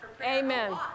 amen